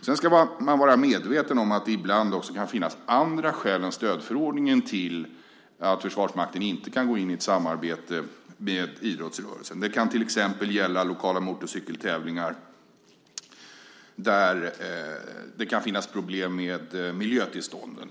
Sedan ska man vara medveten om att det ibland också kan finnas andra skäl än stödförordningen till att Försvarsmakten inte kan gå in i ett samarbete med idrottsrörelsen. Det kan till exempel gälla lokala motorcykeltävlingar, där det kan bli problem med miljötillstånden.